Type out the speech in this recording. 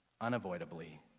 unavoidably